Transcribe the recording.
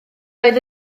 oedd